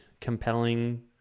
compelling